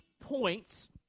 points